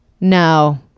no